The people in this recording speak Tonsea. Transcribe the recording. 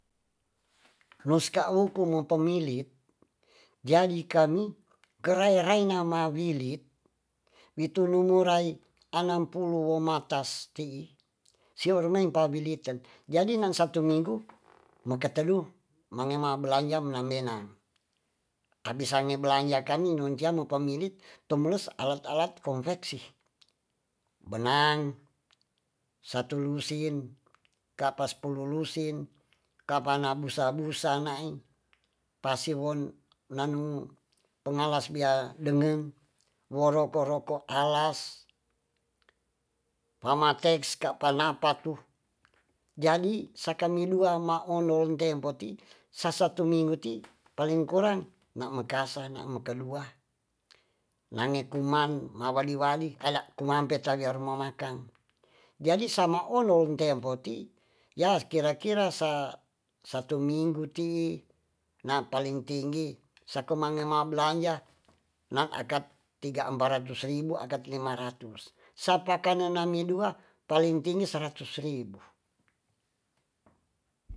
Nuska wuku o pemili jadi kami gerai raina ma wilit wi tunumu rai anam pulu wo matas tii si wo rumempa biliten jadi nang satu minggu make tedu mange ma belanja menang bena abis ange ma belanja non ca ma pemilik tumeles alat alat kongfeksi benang satu lusin kapa spulu lusin kapa na busa busa nai pa siwon nanu pengawas bia nenge wo roko roko alas pama teks kapa napa tu jadi saka mi dua ma undol tempo tii sasa tumiwu ti paling kurang na mekase na mekadua nange kuman ma wadi wadi kaya rumampe ca wia ruma makang jadi sama ondol tempo tii ya kira kira sa satu minggu tii na paling tinggi sako mange ma blanja nan akat tiga ampa ratus ribu akat lima ratus sapa kane nangi dua paling tinggi saratus ribu